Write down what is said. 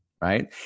right